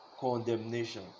condemnation